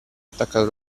attaccato